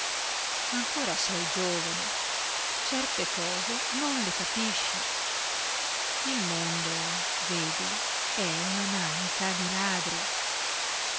ancora sei giovane certe cose non le capisci il mondo vedi è una manica di ladri